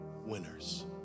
winners